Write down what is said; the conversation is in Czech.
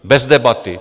Bez debaty.